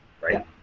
Right